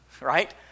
right